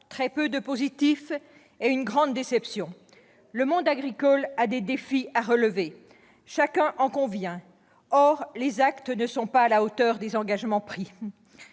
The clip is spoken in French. très peu de positif et une grande déception. Le monde agricole a des défis à relever, chacun en convient. Or les actes ne sont pas à la hauteur des engagements pris.